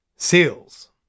seals